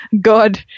God